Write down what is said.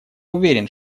уверен